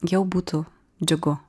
jau būtų džiugu